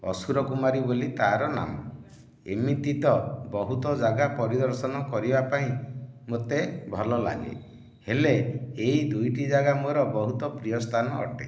ଅସୁରକୁମାରୀ ବୋଲି ତାହାର ନାମ ଏମିତି ତ ବହୁତ ଜାଗା ପରିଦର୍ଶନ କରିବାପାଇଁ ମୋତେ ଭଲ ଲାଗେ ହେଲେ ଏହି ଦୁଇଟି ଜାଗା ମୋର ବହୁତ ପ୍ରିୟ ସ୍ଥାନ ଅଟେ